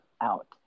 out